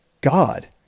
God